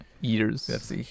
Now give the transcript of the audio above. years